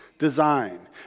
design